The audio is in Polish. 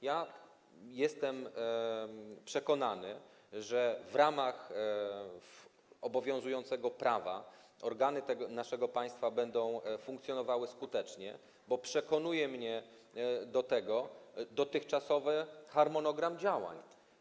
Jestem przekonany, że w ramach obowiązującego prawa organy naszego państwa będą funkcjonowały skutecznie, bo przekonuje mnie do tego dotychczasowy harmonogram działań.